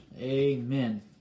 Amen